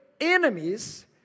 enemies